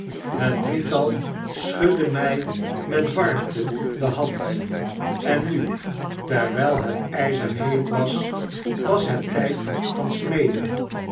het drietal schudde my met warmte de hand en nu terwijl het ijzer heet was was het tijd van smeden